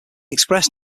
express